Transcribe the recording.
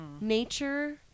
nature